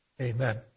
Amen